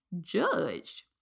judged